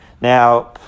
Now